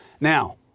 Now